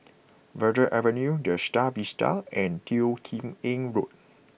Verde Avenue The Star Vista and Teo Kim Eng Road